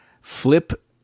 flip